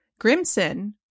Grimson